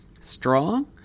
Strong